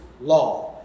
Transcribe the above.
law